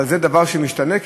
אבל זה דבר שמשתנה,